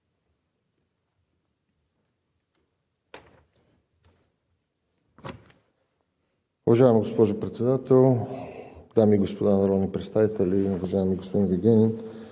Уважаема госпожо Председател, дами и господа народни представители! Уважаеми господин Вигенин,